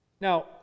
Now